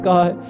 God